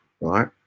right